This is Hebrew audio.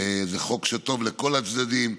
זה חוק שהוא טוב לכל הצדדים: